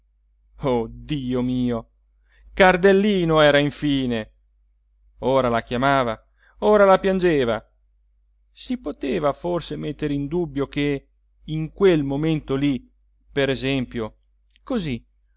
dio mio cardellino era infine ora la chiamava ora la piangeva si poteva forse mettere in dubbio che in quel momento lì per esempio così